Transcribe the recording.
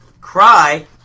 Cry